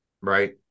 right